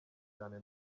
cyane